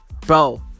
Bro